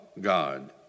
God